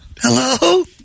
Hello